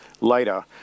later